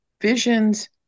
visions